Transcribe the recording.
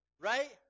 right